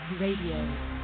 Radio